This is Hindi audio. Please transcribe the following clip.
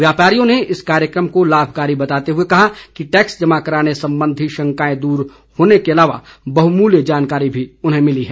व्यापारियों ने इस कार्यक्रम को लाभकारी बताते हए कहा कि टैक्स जमा कराने संबंधी शंकाएं दूर होने के अलावा बहमूल्य जानकारी मिली है